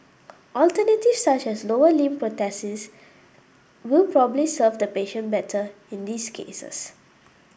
alternatives such as lower limb prosthesis will probably serve the patient better in these cases